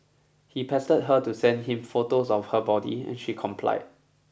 he pestered her to send him photos of her body and she complied